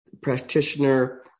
practitioner